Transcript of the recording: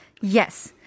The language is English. Yes